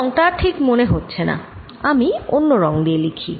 এই রঙ টা ঠিক মনে হচ্ছে না আমি অন্য রঙ দিয়ে লিখি